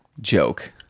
joke